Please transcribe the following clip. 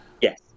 Yes